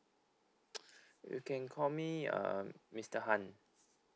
you can call me uh mister han